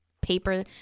paper